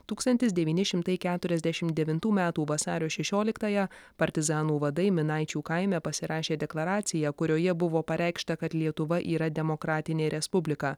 tūkstantis devyni šimtai keturiasdešimt devintų metų vasario šešioliktąją partizanų vadai minaičių kaime pasirašė deklaraciją kurioje buvo pareikšta kad lietuva yra demokratinė respublika